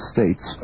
States